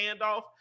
handoff